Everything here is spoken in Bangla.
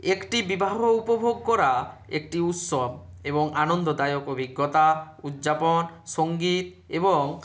একটি বিবাহ উপভোগ করা একটি উৎসব এবং আনন্দদায়ক অভিজ্ঞতা উজ্জাপন সঙ্গীত এবং